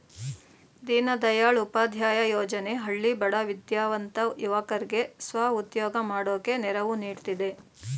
ದೀನದಯಾಳ್ ಉಪಾಧ್ಯಾಯ ಯೋಜನೆ ಹಳ್ಳಿ ಬಡ ವಿದ್ಯಾವಂತ ಯುವಕರ್ಗೆ ಸ್ವ ಉದ್ಯೋಗ ಮಾಡೋಕೆ ನೆರವು ನೀಡ್ತಿದೆ